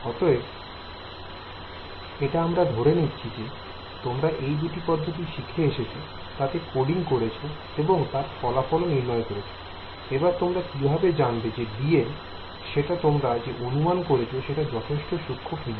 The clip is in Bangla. অতএব এটা আমরা ধরে নিচ্ছি যে তোমরা এই দুটি পদ্ধতি শিখে এসেছে তাতে কোডিং করেছো এবং তার ফলাফল ও নির্ণয় করেছো I এবার তোমরা কিভাবে জানবে যে dl যেটা তোমরা অনুমান করেছ সেটা যথেষ্ট সূক্ষ্ম কিনা